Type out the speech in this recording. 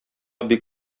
бик